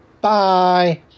Bye